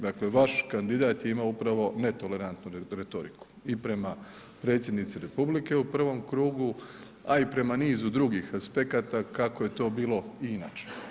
Dakle vaš kandidat je imao upravo netolerantnu retoriku i prema predsjednici Republike u prvom krugu, a i prema niz drugih aspekata kako je to bilo i inače.